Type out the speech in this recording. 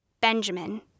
Benjamin